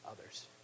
others